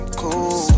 cool